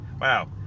Wow